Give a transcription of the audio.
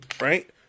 right